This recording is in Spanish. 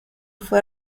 fue